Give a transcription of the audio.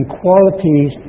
qualities